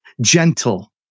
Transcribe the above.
gentle